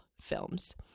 Films